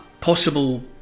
possible